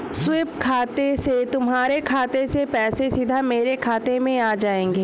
SVEEP खाते से तुम्हारे खाते से पैसे सीधा मेरे खाते में आ जाएंगे